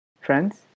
friends